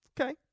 Okay